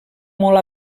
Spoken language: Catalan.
molt